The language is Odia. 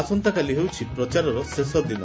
ଆସନ୍ତାକାଲି ହେଉଛି ପ୍ରଚାରର ଶେଷ ଦିନ